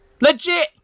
Legit